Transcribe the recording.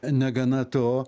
negana to